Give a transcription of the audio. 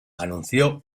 anunció